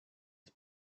his